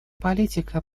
политика